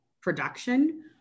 production